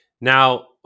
Now